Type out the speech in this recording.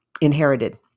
inherited